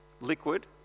liquid